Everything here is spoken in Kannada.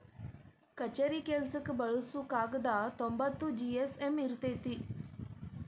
ಕಛೇರಿ ಕೆಲಸಕ್ಕ ಬಳಸು ಕಾಗದಾ ತೊಂಬತ್ತ ಜಿ.ಎಸ್.ಎಮ್ ಇರತತಿ